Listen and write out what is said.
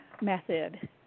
method